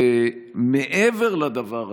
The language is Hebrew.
ומעבר לדבר הזה,